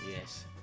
Yes